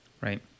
Right